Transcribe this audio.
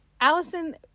Allison